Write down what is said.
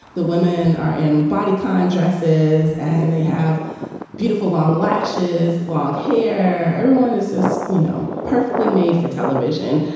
the women are in body kind dresses and they have beautiful long lashes, long hair. everyone is this, you know, perfectly made for television.